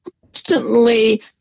constantly